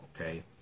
Okay